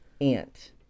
Ant